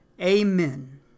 Amen